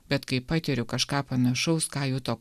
bet kai patiriu kažką panašaus ką juto